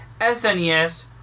SNES